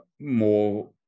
more